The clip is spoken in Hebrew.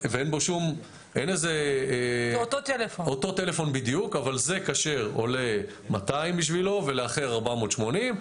אותו טלפון בדיוק אבל זה כשר עולה 200 בשבילו ולאחר 480,